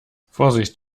vorsicht